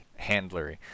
Handlery